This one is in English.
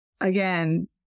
again